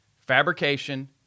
fabrication